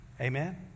Amen